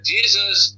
Jesus